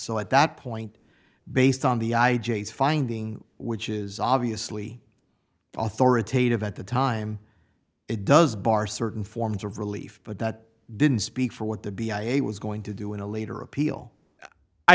so at that point based on the i j s finding which is obviously authoritative at the time it does bar certain forms of relief but that didn't speak for what the b i a was going to do in a later appeal i